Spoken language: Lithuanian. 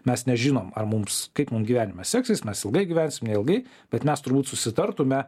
mes nežinom ar mums kaip mum gyvenimas seksis mes ilgai gyvensim neilgai bet mes turbūt susitartume